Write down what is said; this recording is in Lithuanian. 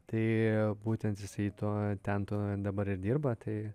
tai būtent jisai tuo ten tuo dabar ir dirba tai